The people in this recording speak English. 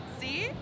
See